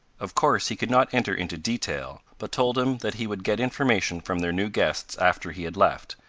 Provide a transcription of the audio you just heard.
of course he could not enter into detail but told him that he would get information from their new guests after he had left,